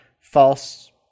false